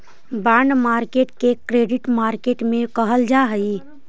bond market के credit market भी कहल जा हइ